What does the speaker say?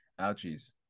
ouchies